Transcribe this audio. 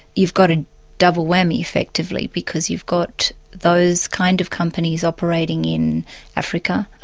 you've got a double whammy effectively, because you've got those kind of companies operating in africa,